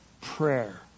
prayer